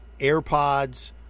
AirPods